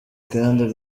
kandi